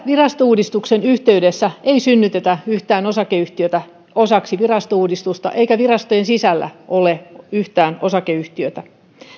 virastouudistuksen yhteydessä ei synnytetä yhtään osakeyhtiötä osaksi virastouudistusta eikä virastojen sisällä ole yhtään osakeyhtiötä